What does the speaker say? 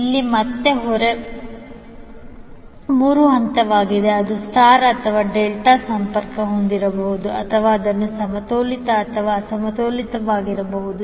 ಇಲ್ಲಿ ಮತ್ತೆ ಹೊರೆ ಮೂರು ಹಂತವಾಗಿದೆ ಅದು ಸ್ಟರ್ ಅಥವಾ ಡೆಲ್ಟಾ ಸಂಪರ್ಕ ಹೊಂದಿರಬಹುದು ಅಥವಾ ಅದನ್ನು ಸಮತೋಲಿತ ಅಥವಾ ಅಸಮತೋಲಿತವಾಗಿರಬಹುದು